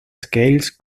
scales